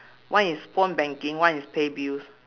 one is phone banking one is pay bills